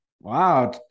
wow